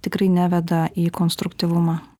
tikrai neveda į konstruktyvumą